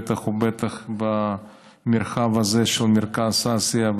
בטח ובטח במרחב הזה של מרכז אסיה,